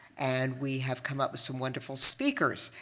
and we have come up with some wonderful speakers.